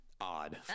Odd